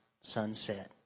sunset